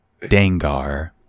Dangar